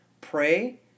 Pray